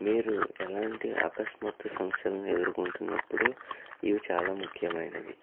మీరు ఎలాంటి అకస్మాత్తు సమస్యలను ఎదురుకుంటునప్పుడు ఇవి చాల ముఖ్యమైనవి